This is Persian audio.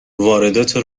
واردات